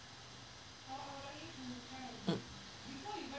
mm